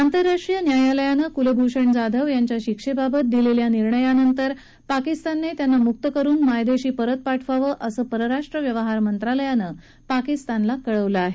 आंतरराष्ट्रीय न्यायालयानं कुलभूषण जाधव यांच्या शिक्षेबाबत दिलेल्या निर्णयानंतर पाकिस्तानने त्यांना मुक्त करुन मायदेशी परत पाठवावं असं परराष्ट्र व्यवहारमंत्रालयानं पाकिस्तानला कळवलं आहे